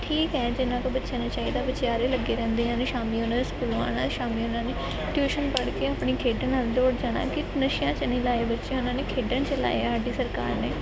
ਠੀਕ ਹੈ ਜਿੰਨਾਂ ਕੁ ਬੱਚਿਆਂ ਨੂੰ ਚਾਹੀਦਾ ਵਿਚਾਰੇ ਲੱਗੇ ਰਹਿੰਦੇ ਹਨ ਸ਼ਾਮ ਉਹਨਾਂ ਨੇ ਸਕੂਲੋਂ ਆਉਣਾ ਆ ਸ਼ਾਮ ਉਹਨਾਂ ਨੇ ਟਿਊਸ਼ਨ ਪੜ੍ਹ ਕੇ ਆਪਣੀ ਖੇਡਣ ਵੱਲ ਦੌੜ ਜਾਣਾ ਕਿ ਨਸ਼ਿਆਂ 'ਚ ਨਹੀਂ ਲਗਾਏ ਬੱਚੇ ਉਹਨਾਂ ਨੇ ਖੇਡਣ 'ਚ ਲਾਏ ਆ ਸਾਡੀ ਸਰਕਾਰ ਨੇ